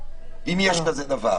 אם יש כזה דבר,